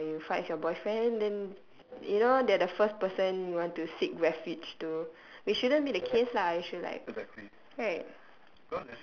or you fight with your boyfriend then you know they're the first person you want to seek refuge to which shouldn't be the case lah you should like right